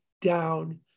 down